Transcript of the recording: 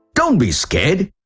don't be scared.